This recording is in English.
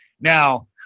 Now